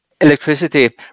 electricity